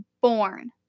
born